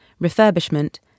refurbishment